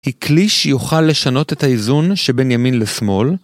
היא כלי שיוכל לשנות את האיזון שבין ימין לשמאל.